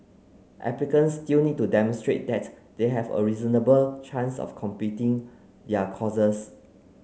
applicants still need to demonstrate that they have a reasonable chance of completing their courses